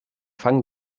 fang